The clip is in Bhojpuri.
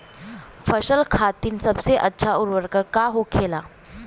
फसल खातीन सबसे अच्छा उर्वरक का होखेला?